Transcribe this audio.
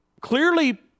clearly